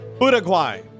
Uruguay